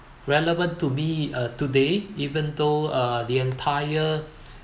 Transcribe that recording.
relevant to me uh today even though uh the entire